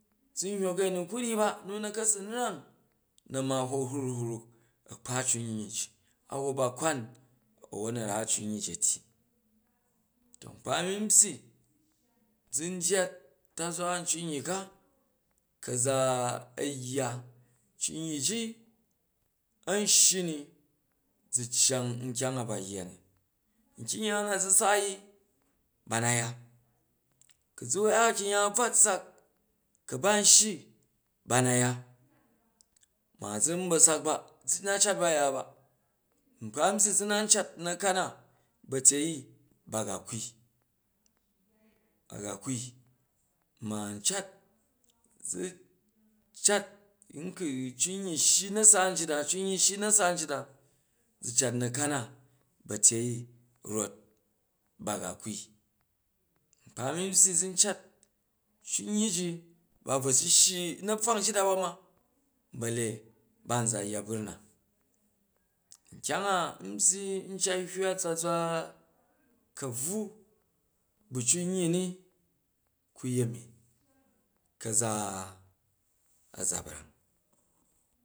Zu nhyok i a̱nu ku ryyi ba nu na̱ka su nrang na ma ho hru hruk a kpa cunyyi ji a hok ba kwan a̱won a̱ ra cunyyi ji a̱ tyyi, to nkpa mi n byyi zu ndyat a̱ntazwa cunyyi ka ka̱za a̱ yya cunyyi ji a̱n shyi ni zu cyang nkyang a ba yya ni, nkyungya na zu saai i ba na ya, ku zu ya kyang ya u bvwat sak ku ba nshyi ba na ya, ma zu nba̱ sak ba, zu na cat ba yaba nkpa n byyi zu na ncat na̱kan na ba̱ tyei i ba ga kwui, a̱ ga kwui ma cat zu, cat nku cumyyi shyi u na̱ra nji cumyyi shyi u na̱sa nyit da zu̱ cat na̱kan na ba̱ tyei i rot baga kwui, nkpa nbyi zu cat cunyyi ji ba bvo shi shyi u na̱bvwa njit du ba ma balle ba nza yya burna, nkyang a an byyi n cat hywa a̱nta̱zwa ka̱bvu bu̱ cunyyi ni u̱ kayemi, kaza a̱za brang